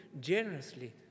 generously